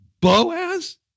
Boaz